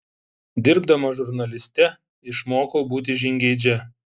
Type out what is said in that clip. dirbdama žurnaliste išmokau būti žingeidžia